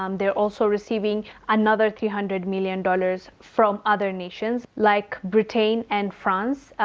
um they're also receiving another three hundred million dollars from other nations like britain and france.